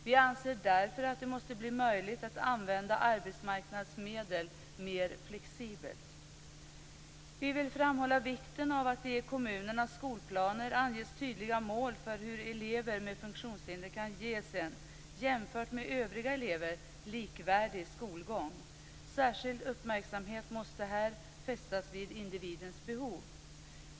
Vi anser därför att det måste bli möjligt att använda arbetsmarknadsmedel mer flexibelt. Vi vill framhålla vikten av att det i kommunernas skolplaner anges tydliga mål för hur elever med funktionshinder kan ges en, jämfört med övriga elever, likvärdig skolgång. Särskild uppmärksamhet måste här fästas vid individens behov.